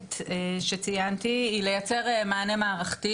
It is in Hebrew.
המינהלת שציינתי היא לייצר מענה מערכתי.